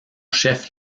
chef